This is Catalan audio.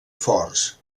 forts